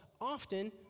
often